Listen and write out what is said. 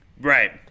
Right